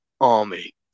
army